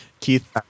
Keith